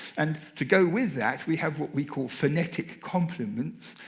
and to go with that, we have what we call phonetic complements.